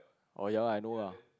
orh ya lah I know lah